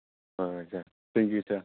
ꯍꯣꯏ ꯍꯣꯏ sir thank you sir